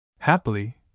Happily